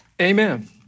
Amen